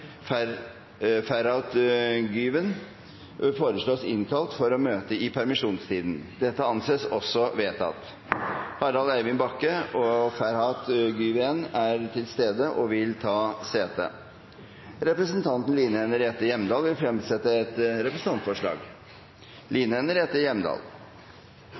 fylke, Ferhat Güven, innkalles for å møte i permisjonstiden. Harald Eivind Bakke og Ferhat Güven er til stede og vil ta sete. Representanten Line Henriette Hjemdal vil fremsette et representantforslag.